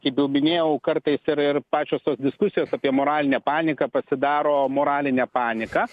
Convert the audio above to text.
kaip jau minėjau kartais ir ir pačios diskusijos apie moralinę paniką pasidaro moraline panika